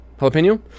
Jalapeno